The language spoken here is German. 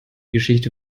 geschichte